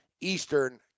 Eastern